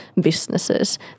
businesses